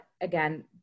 again